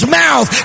mouth